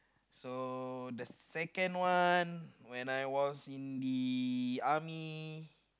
so the second one when I was in the army